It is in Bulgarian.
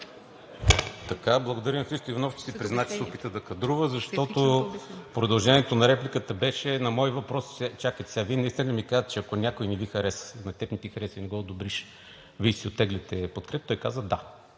(ИТН): Благодаря на Христо Иванов, че си призна, че се опита да кадрува, защото продължението на репликата беше на мой въпрос: чакайте сега, Вие наистина ли ми казвате, ако някой не Ви хареса, на теб не ти хареса и не го одобриш, Вие ще си оттеглите подкрепата, той каза: „да